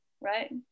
Right